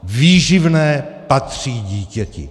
Výživné patří dítěti.